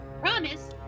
promise